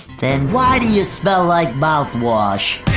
then why do you smell like mouthwash?